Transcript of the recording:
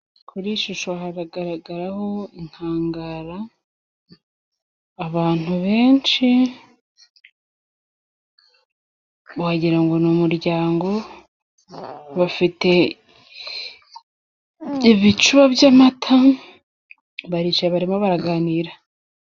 Kuri iyi shusho hagaragara inkangara, abantu benshi wagira ngo ni umuryango bafite, ibicuba by'amata baricaye barimo baraganira.